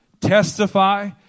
testify